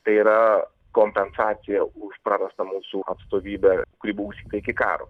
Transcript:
tai yra kompensacija už prarastą mūsų atstovybę kuri buvusi iki karo